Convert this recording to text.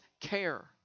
care